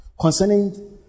concerning